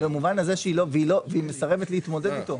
והיא מסרבת להתמודד איתו.